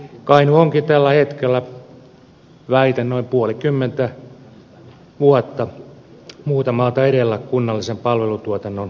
kainuu onkin tällä hetkellä vähintään noin puolikymmentä vuotta muuta maata edellä kunnallisen palvelutuotannon kehittämisessä